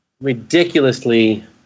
ridiculously